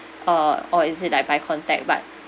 uh or is it like by contact but